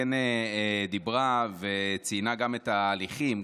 כן דיברה וציינה גם את ההליכים,